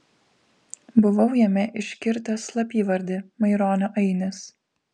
buvau jame iškirtęs slapyvardį maironio ainis